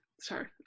sorry